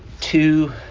two